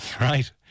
right